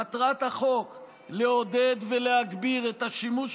מטרת החוק "לעודד ולהגביר את השימוש